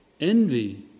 envy